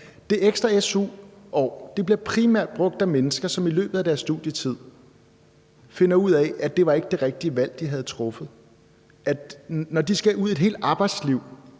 Det ekstra su-år bliver primært brugt af mennesker, som i løbet af deres studietid finder ud af, at det ikke var det rigtige valg, de havde truffet. Når de skal ud i et helt arbejdsliv